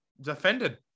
defended